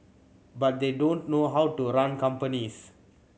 but they don't know how to run companies